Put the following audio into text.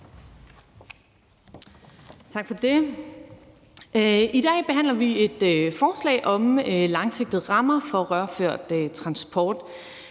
I dag behandler vi et forslag om langsigtede rammer for rørført transport